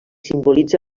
simbolitza